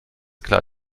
klar